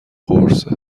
قرصه